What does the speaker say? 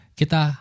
kita